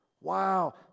Wow